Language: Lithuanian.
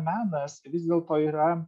menas vis dėlto yra